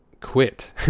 quit